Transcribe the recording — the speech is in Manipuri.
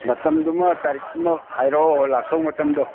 ꯃꯇꯝꯗꯨꯃ ꯇꯥꯔꯤꯛꯇꯨꯃ ꯍꯥꯏꯔꯛꯑꯣ ꯂꯥꯛꯇꯧ ꯃꯇꯝꯗꯣ